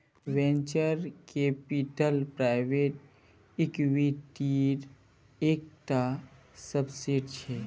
venture capital private इक्विटीर एक टा सबसेट छे